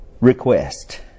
request